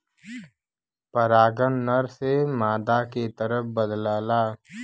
परागन नर से मादा के तरफ बदलला